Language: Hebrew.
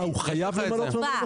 אה, הוא חייב למנות ממלא מקום?